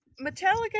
Metallica